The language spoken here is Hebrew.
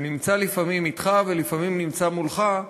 שנמצא לפעמים אתך ולפעמים נמצא מולך,